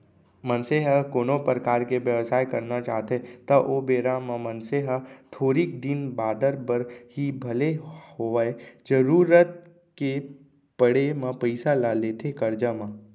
मनसे ह कोनो परकार के बेवसाय करना चाहथे त ओ बेरा म मनसे ह थोरिक दिन बादर बर ही भले होवय जरुरत के पड़े म पइसा ल लेथे करजा म